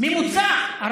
ממוצע,